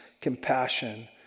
compassion